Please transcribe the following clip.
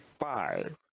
five